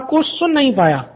मैं आपको सुन नहीं पाया